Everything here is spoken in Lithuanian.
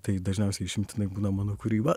tai dažniausiai išimtinai būna mano kūryba